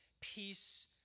peace